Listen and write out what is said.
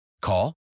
Call